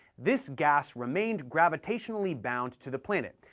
this gas remained gravitationally bound to the planet,